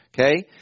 Okay